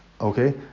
Okay